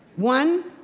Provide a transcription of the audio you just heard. one,